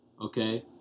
Okay